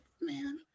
man